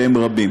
והם רבים,